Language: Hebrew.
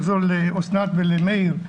קודם כל רציתי באמת לחזור לאוסנת ולמאיר,